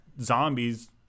zombies